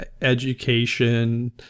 education